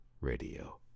Radio